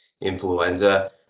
influenza